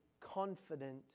confident